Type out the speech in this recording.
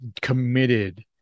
committed